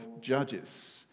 Judges